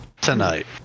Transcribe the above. Tonight